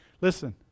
Listen